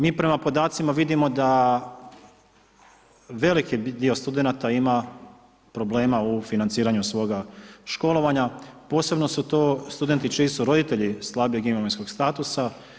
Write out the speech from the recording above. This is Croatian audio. Mi prema podacima vidimo da veliki dio studenata ima problema u financiranju svoga školovanja, posebno su to studenti, čiji su roditelji slabog imovinskog statusa.